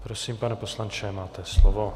Prosím, pane poslanče, máte slovo.